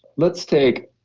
let's take,